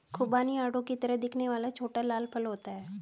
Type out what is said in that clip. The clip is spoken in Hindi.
खुबानी आड़ू की तरह दिखने वाला छोटा लाल फल होता है